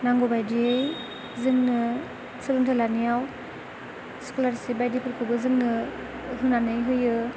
नांगौबायदियै जोंनो सोलोंथाइ लानायाव स्क'लारशिप बायदिफोरखौबो जोंनो होनानै होयो